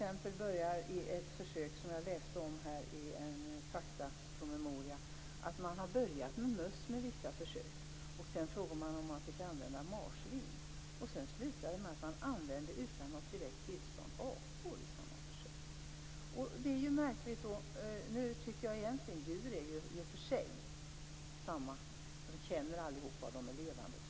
Jag läste om ett försök i en faktapromemoria. Man började med vissa försök på möss, och sedan frågade man om man fick använda marsvin. Det slutade med att man utan något direkt tillstånd använde apor i samma försök. Nu tycker jag egentligen att djur i och för sig är lika. De känner allihop, och de är levande.